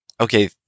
okay